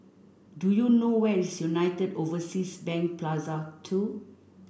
do you know where's United Overseas Bank Plaza Two